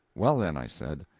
well, then, i said,